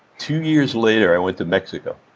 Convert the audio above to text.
two years later, i went to mexico.